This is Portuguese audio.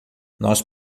nós